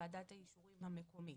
לזרום כהלכה ולהתקדם ומבחינת כמות הבדיקות,